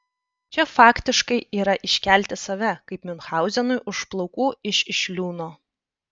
čia faktiškai yra iškelti save kaip miunchauzenui už plaukų iš iš liūno